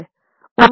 उनका एक ही अर्थ है